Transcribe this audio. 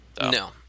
No